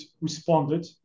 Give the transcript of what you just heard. responded